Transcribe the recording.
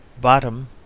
Bottom